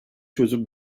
çözüm